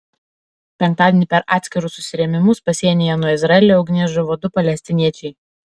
penktadienį per atskirus susirėmimus pasienyje nuo izraelio ugnies žuvo du palestiniečiai